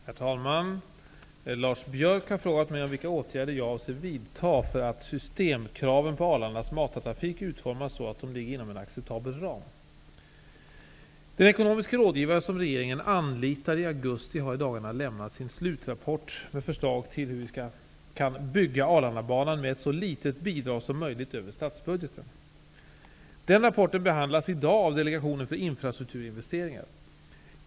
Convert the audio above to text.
Herr talman! Lars Biörck har frågat mig om vilka åtgärder som jag avser att vidta för att systemkraven på Arlandas matartrafik utformas så att de ligger inom en acceptabel ram. Den ekonomiske rådgivare som regeringen anlitade i augusti har i dagarna lämnat sin slutrapport med förslag till hur vi kan bygga Arlandabanan med ett så litet bidrag som möjligt över statsbudgeten. Den rapporten behandlas i dag av Delegationen för infrastrukturinvesteringar.